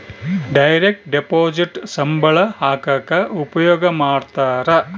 direct deposit ಸಂಬಳ ಹಾಕಕ ಉಪಯೋಗ ಮಾಡ್ತಾರ